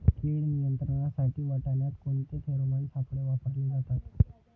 कीड नियंत्रणासाठी वाटाण्यात कोणते फेरोमोन सापळे वापरले जातात?